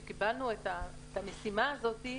עת קיבלנו את המשימה הזאת,